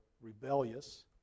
rebellious